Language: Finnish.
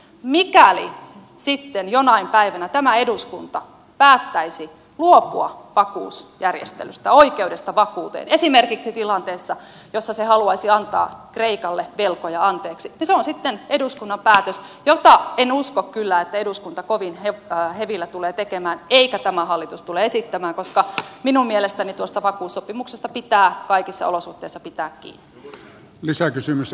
mikäli sitten jonain päivänä tämä eduskunta päättäisi luopua vakuusjärjestelystä oikeudesta vakuuteen esimerkiksi tilanteessa jossa se haluaisi antaa kreikalle velkoja anteeksi niin se on sitten eduskunnan päätös jota en usko kyllä että eduskunta kovin hevillä tulee tekemään eikä tämä hallitus tule sitä esittämään koska minun mielestäni tuosta vakuussopimuksesta pitää kaikissa olosuhteissa pitää kiinni